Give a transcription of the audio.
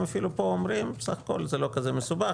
אפילו פה אומרים שבסך הכל זה לא כזה מסובך,